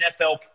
NFL